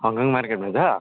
Hong Kong मार्केटमा छ